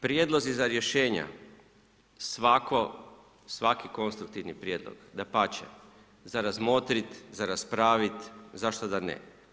Prijedlozi za rješenja, svaki konstruktivni prijedlog dapače, za razmotriti, za raspraviti zašto da ne?